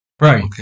Right